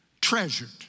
treasured